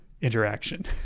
interaction